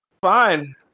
Fine